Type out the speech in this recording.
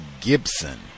Gibson